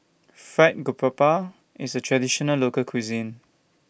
Fried Garoupa IS A Traditional Local Cuisine